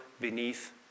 beneath